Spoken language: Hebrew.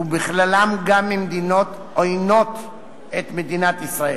ובכללן גם ממדינות העוינות את מדינת ישראל.